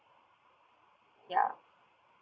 ya